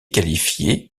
qualifiés